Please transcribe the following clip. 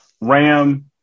Ram